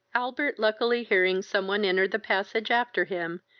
albert, luckily hearing some one enter the passage after him,